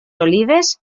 olives